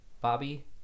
Bobby